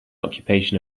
occupation